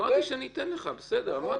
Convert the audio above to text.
אמרתי שאני אתן לך, בסדר.